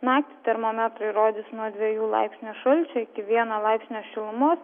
naktį termometrai rodys nuo dviejų laipsnių šalčio iki vieno laipsnio šilumos